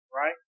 right